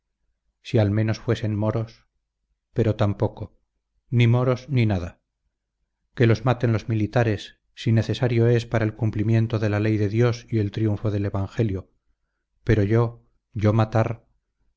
si al menos fuesen moros pero tampoco ni moros ni nada que los maten los militares si necesario es para el cumplimiento de la ley de dios y el triunfo del evangelio pero yo yo matar